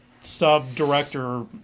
sub-director